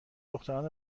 دختران